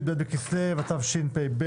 י"ב בכסלו התשפ"ב,